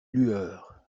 lueurs